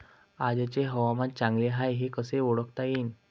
आजचे हवामान चांगले हाये हे कसे ओळखता येईन?